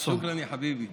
שוכרן, יא חביבי.